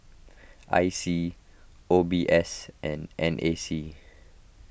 I C O B S and N A C